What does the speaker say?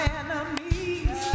enemies